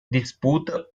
disputa